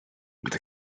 with